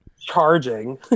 Charging